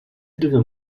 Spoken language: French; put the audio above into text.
devient